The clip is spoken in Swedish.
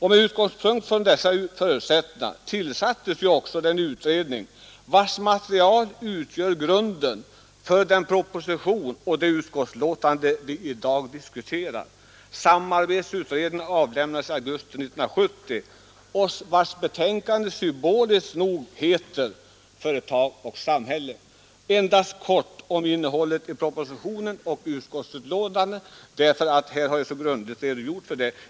Med utgångspunkt i dessa förutsättningar tillsattes också den utredning vars material utgör grunden för den proposition och det utskottsbetänkande som vi i dag diskuterar. Samarbetsutredningen avgav i augusti 1970 sitt betänkande, som symboliskt nog heter ”Företag och samhälle”. Jag vill endast kort uttala mig om innehållet i propositionen och utskottsbetänkandet därför att herr Svanberg m.fl. så grundligt har redogjort för det.